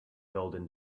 golden